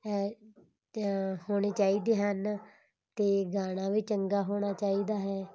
ਹੈ ਹੋਣੇ ਚਾਹੀਦੇ ਹਨ ਅਤੇ ਗਾਣਾ ਵੀ ਚੰਗਾ ਹੋਣਾ ਚਾਹੀਦਾ ਹੈ